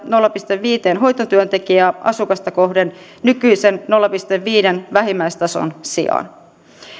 nolla pilkku viisi hoitotyöntekijää asukasta kohden nykyisen nolla pilkku viiden vähimmäistason sijaan